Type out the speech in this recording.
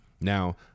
Now